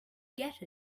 get